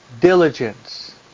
diligence